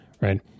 Right